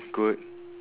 good